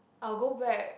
I'll go back